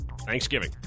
Thanksgiving